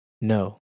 No